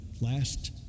Last